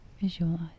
visualize